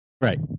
Right